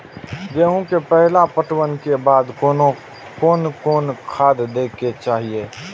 गेहूं के पहला पटवन के बाद कोन कौन खाद दे के चाहिए?